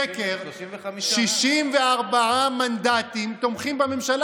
64 מנדטים תומכים בממשלה.